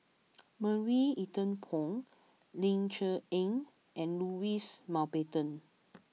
Marie Ethel Bong Ling Cher Eng and Louis Mountbatten